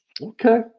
Okay